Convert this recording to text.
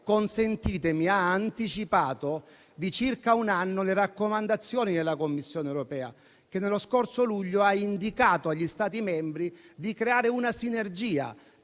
consentitemi - ha anticipato di circa un anno le raccomandazioni della Commissione europea, che nello scorso luglio ha indicato agli Stati membri di creare una sinergia